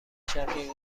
شقیقه